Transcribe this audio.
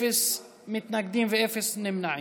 אפס מתנגדים ואפס נמנעים.